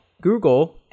Google